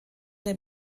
der